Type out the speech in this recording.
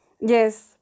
Yes